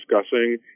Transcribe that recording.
discussing